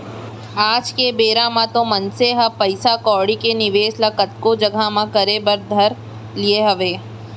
आज के बेरा म तो मनसे ह पइसा कउड़ी के निवेस ल कतको जघा म करे बर धर लिये हावय